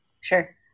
Sure